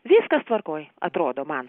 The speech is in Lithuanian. viskas tvarkoj atrodo man